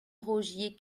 rogier